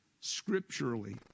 scripturally